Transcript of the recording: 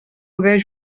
poder